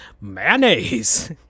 mayonnaise